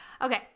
Okay